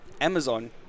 Amazon